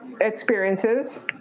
experiences